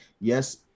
yes